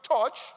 touch